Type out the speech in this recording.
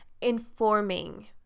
informing